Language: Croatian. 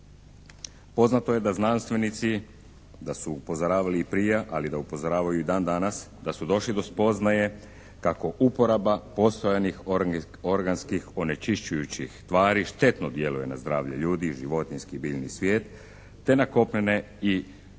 Poznato je da znanstvenici, da su upozoravali i prije ali da upozoravaju i dan danas, da su došli do spoznaje kako uporaba postojanih organskih onečišćućujih tvari štetno djeluje na zdravlje ljudi i životinjski i biljni svijet te na kopnene i vodne